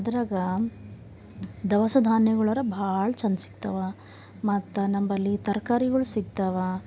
ಅದ್ರಾಗ ದವಸ ಧಾನ್ಯಗಳರ ಭಾಳ ಚಂದ ಸಿಕ್ತವೆ ಮತ್ತು ನಂಬಲ್ಲಿ ತರಕಾರಿಗಳು ಸಿಕ್ತವೆ